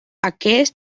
aquest